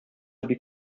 бик